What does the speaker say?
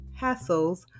hassles